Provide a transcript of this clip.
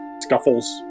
scuffles